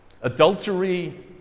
adultery